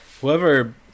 whoever